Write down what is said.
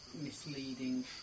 misleading